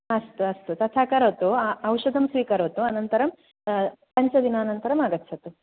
अस्तु अस्तु तथा करोतु औषधं स्वीकरोतु अनन्तरं पञ्चदिनानन्तरम् आगच्छतु